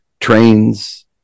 trains